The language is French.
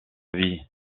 vie